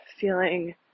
feeling